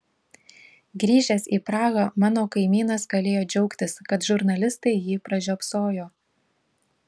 grįžęs į prahą mano kaimynas galėjo džiaugtis kad žurnalistai jį pražiopsojo